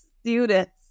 students